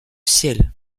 ciel